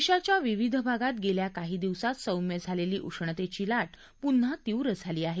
देशाच्या विविध भागात गेल्या काही दिवसात सौम्य झालेली उष्णतेची लाट पुन्हा तीव्र झाली आहे